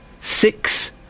Six